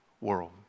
world